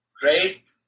great